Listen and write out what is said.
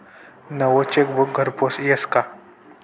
नवं चेकबुक घरपोच यस का?